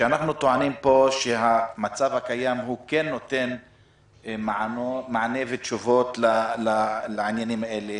כשאנחנו טוענים פה שהמצב הקיים נותן מענה ותשובות לעניינים האלה